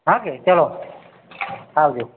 હો કે ચલો આવજો